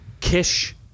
kish